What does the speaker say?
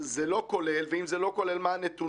זה לא כולל ואם זה לא כולל, מה הנתונים